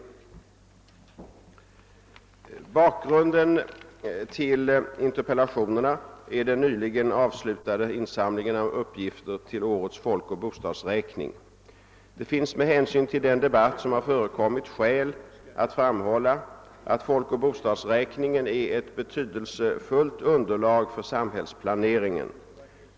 Bakgrunden till interpellationerna är den nyligen avslutade insamlingen av uppgifter till årets folkoch bostadsräkning. Det finns med hänsyn till den debatt som har förekommit skäl att framhålla att folkoch bostadsräkningen är ett betydelsefullt underlag för samhällsplaneringen.